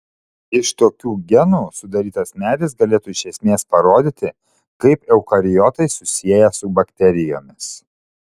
iš tokių genų sudarytas medis galėtų iš esmės parodyti kaip eukariotai susiję su bakterijomis